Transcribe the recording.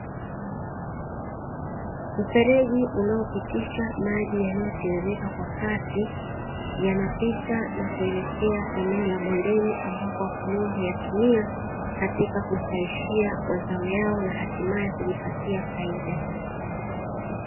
Mfereji unaopitisha maji yanayo tiririka kwa kasi, yanapita na kuelekea eneo la bondeni ambako wakulima huyatumia katika kuzalishia mazao yao na hatimae kujipatia faida.